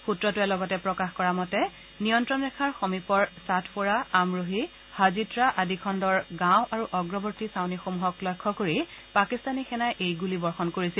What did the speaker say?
সূত্ৰটোৱে লগতে প্ৰকাশ কৰা মতে নিয়ন্তণ ৰেখাৰ সমীপৰ ছাধপৰা আমৰোহী হাজিতৰা আদি খণ্ডৰ গাঁও আৰু অগ্ৰবৰ্তী ছাউনীসমূহক লক্ষ্য কৰি পাকিস্তানী সেনাই এই গুলীবৰ্ষণ কৰিছিল